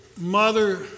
mother